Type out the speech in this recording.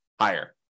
higher